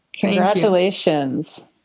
Congratulations